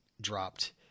dropped